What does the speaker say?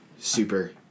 Super